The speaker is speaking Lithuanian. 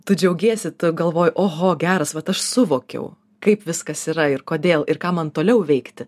tu džiaugiesi tu galvoji oho geras vat aš suvokiau kaip viskas yra ir kodėl ir ką man toliau veikti